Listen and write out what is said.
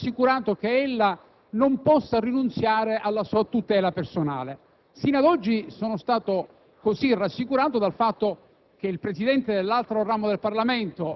del suo Presidente. Vorrei essere rassicurato sul fatto che ella non possa rinunziare alla sua tutela personale. Sino ad oggi sono stato rassicurato dal fatto